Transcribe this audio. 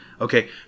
okay